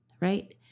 right